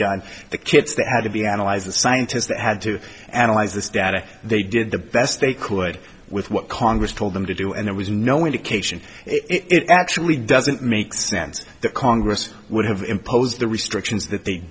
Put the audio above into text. done the kits they had to be analyzed the scientists that had to analyze this data they did the best they could with what congress told them to do and there was no indication it actually doesn't make sense that congress would have imposed the restrictions that they